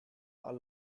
are